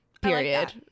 Period